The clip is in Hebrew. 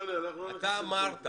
אמרת